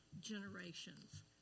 generations